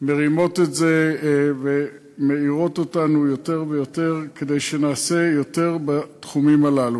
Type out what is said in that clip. מרימים את זה ומעירים אותנו יותר ויותר כדי שנעשה יותר בתחומים הללו.